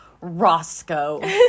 Roscoe